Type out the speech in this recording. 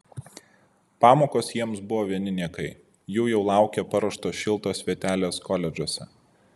pamokos jiems buvo vieni niekai jų jau laukė paruoštos šiltos vietelės koledžuose